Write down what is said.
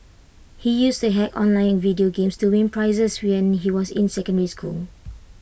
he used to hack online video games to win prizes when he was in secondary school